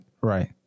Right